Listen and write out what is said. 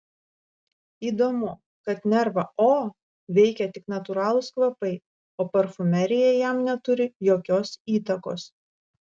įdomu kad nervą o veikia tik natūralūs kvapai o parfumerija jam neturi jokios įtakos